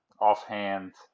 Offhand